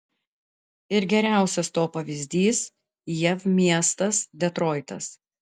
ir geriausias to pavyzdys jav miestas detroitas